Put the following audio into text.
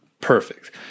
Perfect